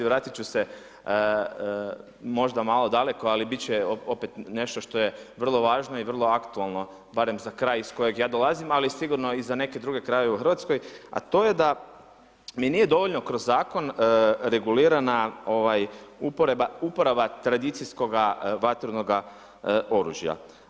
Vratit ću se možda malo daleko, ali bit će opet nešto što je vrlo važno i vrlo aktualno barem za kraj iz kojeg ja dolazim, ali sigurno i za neke druge krajeve u Hrvatskoj, a to je da nije dovoljno kroz zakon regulirana uporaba tradicijskoga vatrenoga oružja.